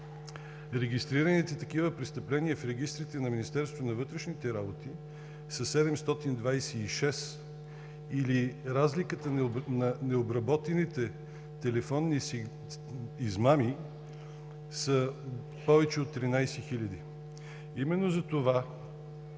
Регистрираните такива престъпления в регистрите на МВР са 726 или разликата на необработените телефонни измами са повече от 13